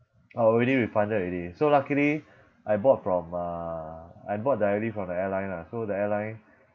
oh already refunded already so luckily I bought from uh I bought directly from the airline lah so the airline